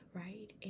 right